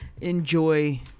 enjoy